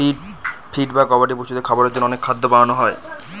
feed বা গবাদি পশুদের খাবারের জন্য অন্য খাদ্য বানানো হয়